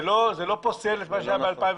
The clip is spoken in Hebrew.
זה לא פוסל מה שהיה ב-2017.